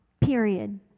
period